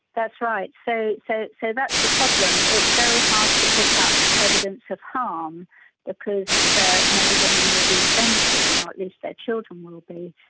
that's right. so so so that's the problem it's very hard to pick up evidence of harm because ah many women will be benefiting, or at least their children will be,